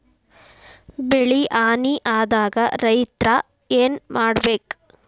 ಬೆಳಿ ಹಾನಿ ಆದಾಗ ರೈತ್ರ ಏನ್ ಮಾಡ್ಬೇಕ್?